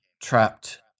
trapped